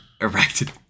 Erected